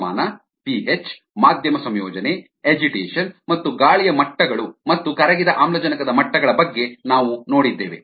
ತಾಪಮಾನ ಪಿಹೆಚ್ ಮಾಧ್ಯಮ ಸಂಯೋಜನೆ ಅಜಿಟೇಷನ್ ಮತ್ತು ಗಾಳಿಯ ಮಟ್ಟಗಳು ಮತ್ತು ಕರಗಿದ ಆಮ್ಲಜನಕದ ಮಟ್ಟಗಳ ಬಗ್ಗೆ ನಾವು ನೋಡಿದ್ದೇವೆ